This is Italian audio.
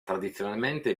tradizionalmente